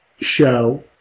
Show